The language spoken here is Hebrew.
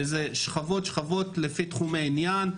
שזה שכבות שכבות לפי תחומי עניין,